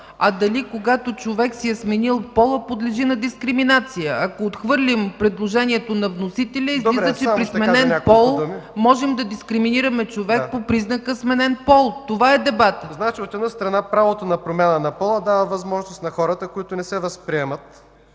а дали, когато човек си е сменил пола, подлежи на дискриминация. Ако отхвърлим предложението на вносителя, излиза, че при сменен пол можем да дискриминираме човек по признака „сменен пол”. Това е дебатът. ДАРИН ДИМИТРОВ: От една страна, правото на промяна на пола дава възможност на хората, които не се възприемат